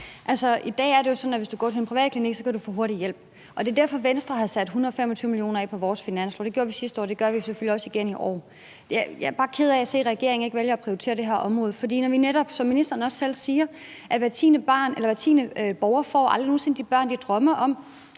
I dag er det jo sådan, at hvis du går til en privatklinik, kan du få hurtig hjælp, og det er derfor, Venstre har sat 125 mio. kr. af på vores finanslovsforslag. Det gjorde vi sidste år, og det gør vi selvfølgelig også igen i år. Jeg er bare ked af at se, at regeringen ikke vælger at prioritere det her område, når vi netop ser, som ministeren også selv siger, at hver tiende borger aldrig nogen sinde får de børn, de drømmer om,